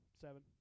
Seven